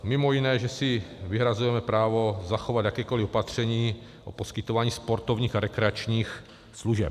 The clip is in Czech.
Mimo jiné, že si vyhrazujeme právo zachovat jakékoli opatření o poskytování sportovních a rekreačních služeb.